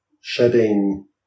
shedding